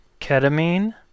Ketamine